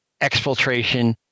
exfiltration